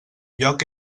lloc